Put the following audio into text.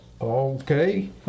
Okay